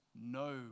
no